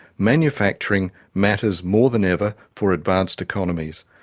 manufacturing matters more than ever for advanced economies.